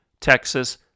Texas